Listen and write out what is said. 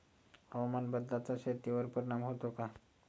हवामान बदलाचा शेतीवर परिणाम होतो का?